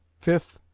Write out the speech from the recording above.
fifth,